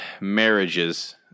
marriages